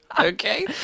okay